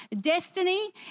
Destiny